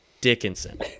Dickinson